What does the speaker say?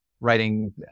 writing